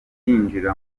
yinjira